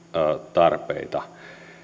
tarpeita